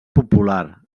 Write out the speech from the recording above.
popular